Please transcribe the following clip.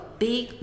big